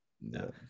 No